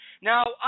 Now